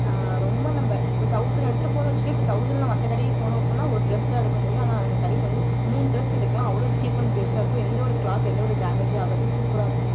ரொம்ப நம்ப இப்ப தௌசன்ட் எடுத்துகிட்டு போறோம்னு வச்சுக்க இப்போ தௌசன்டில் மற்ற கடைக்கு போனோம் அப்பிடினா ஒரு ட்ரெஸ் தான் எடுக்க முடியும் ஆனால் அந்த கடைக்கு வந்து மூணு ட்ரெஸ் எடுக்கலாம் அவ்வளோ ஒரு சீப் அன் பெஸ்ட்டாயிருக்கும் எந்தவொரு க்ளாத் எந்தவொரு டேமேஜும் ஆகாது சூப்பராகருக்கும்